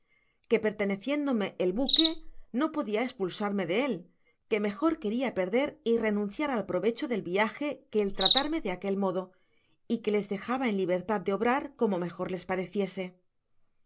que perteneciéndome el buque no podia espulsarme de él que mejor queria perder y renunciar al provecho del viaje que el tratarme de aquel modo y que les dejaba en libertad de obrar como mejor les pareciese